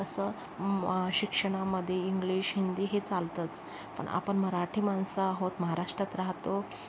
तसं म् अ शिक्षणामध्ये इंग्लिश हिंदी हे चालतंच पण आपण मराठी माणसं आहोत महाराष्ट्रात राहतो